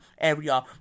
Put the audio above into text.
area